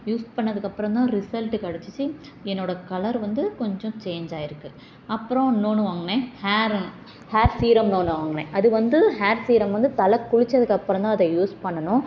use பண்ணதுக்கப்புறந்தான் result கிடச்சிச்சி என்னோடய கலர் வந்து கொஞ்சம் சேஞ்ச் ஆகிருக்கு அப்புறம் இன்னொன்று வாங்கினேன் ஹேரும் ஹேர் சீரம்னு ஒன்று வாங்கினேன் அது வந்து ஹேர் சீரம் வந்து தலை குளிச்சதுக்கப்புறம் தான் அதை யூஸ் பண்ணணும்